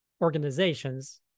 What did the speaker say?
organizations